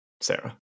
sarah